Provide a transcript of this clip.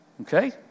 Okay